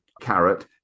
carrot